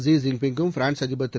Xi ஜின் பிங்கும் France அதிபர் திரு